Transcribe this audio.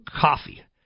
Coffee